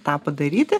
tą padaryti